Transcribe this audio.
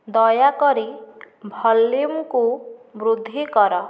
ଦୟାକରି ଭଲ୍ୟୁମ୍କୁ ବୃଦ୍ଧି କର